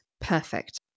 perfect